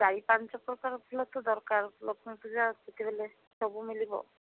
ଚାରି ପାଞ୍ଚ ପ୍ରକାର ଫୁଲ ତ ଦରକାର ଲକ୍ଷ୍ମୀ ପୂଜା ସବୁ ମିଳିବ